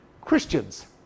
Christians